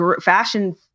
fashion